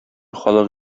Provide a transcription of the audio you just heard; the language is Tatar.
халык